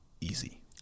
easy